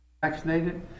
Vaccinated